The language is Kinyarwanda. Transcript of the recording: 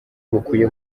bukwiye